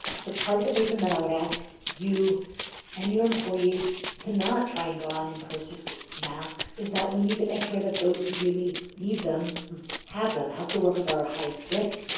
so part of the reason that i would ask you and your employees to not try and go out and purchase masks is that we need to make sure that those who really need them have them. healthcare workers are at highest risk,